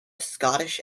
scottish